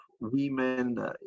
women